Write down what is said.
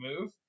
move